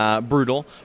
brutal